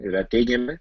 yra teigiami